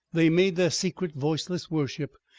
they made their secret voiceless worship,